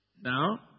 Now